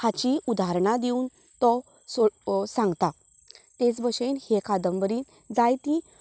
हाची उदारणां दिवन तो सोड सांगता तेच भशेंन हे कादंबरेंत जायतीं